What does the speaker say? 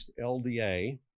LDA